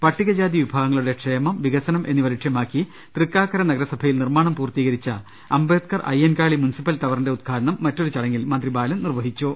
പട്ടികജാതി വിഭാഗങ്ങളുടെ ക്ഷേമം വികസനം എന്നിവ ലക്ഷ്യ മാക്കി തൃക്കാക്കര നഗരസഭയിൽ നിർമ്മാണം പൂർത്തീകരിച്ച അംബേ ദ്ക്കർ അയ്യൻകാളി മുൻസിപ്പൽ ടവറിന്റെ ഉദ്ഘാടനം മറ്റൊരു ചട ങ്ങിൽ മന്ത്രി ബാലൻ നിർവ്വഹിച്ചു